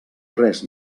res